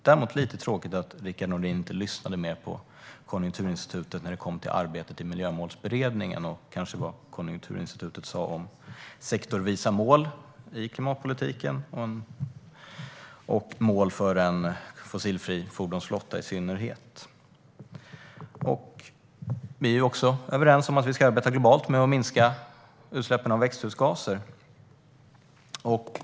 Däremot är det lite tråkigt att Rickard Nordin inte lyssnade mer på Konjunkturinstitutet när det kom till arbetet i Miljömålsberedningen och det som Konjunkturinstitutet sa om sektorsvisa mål i klimatpolitiken och i synnerhet om mål för en fossilfri fordonsflotta. Vi är också överens om att man ska arbeta globalt för att minska utsläppen av växthusgaser.